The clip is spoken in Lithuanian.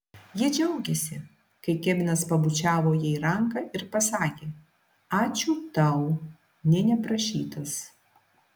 ji džiaugėsi kai kevinas pabučiavo jai ranką ir pasakė ačiū tau nė neprašytas